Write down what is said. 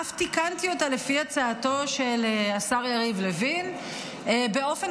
אף תיקנתי אותה לפי הצעתו של השר יריב לוין באופן